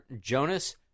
Jonas